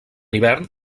hivern